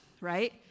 right